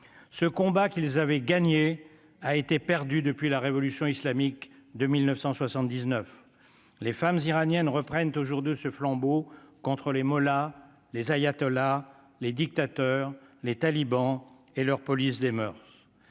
ce combat qu'ils avaient gagné a été perdue depuis la révolution islamique de 1979 les femmes iraniennes reprennent toujours de ce flambeau contre les mollahs les ayatollahs les dictateurs les talibans et leur police des moeurs,